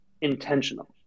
intentional